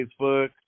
Facebook